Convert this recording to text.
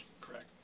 Correct